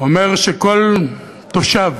אומר שכל תושב